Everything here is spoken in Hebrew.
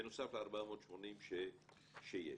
בנוסף ל-480 שיש.